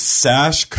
sash